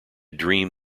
dream